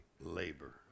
labor